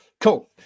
cool